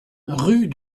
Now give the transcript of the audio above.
rue